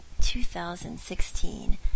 2016